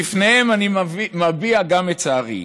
בפניהן אני מביע גם את צערי.